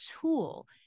tool